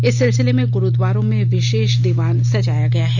इस सिलसिले में गुरुद्वारों में विशेष दीवान सजाया गया है